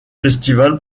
festival